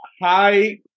hi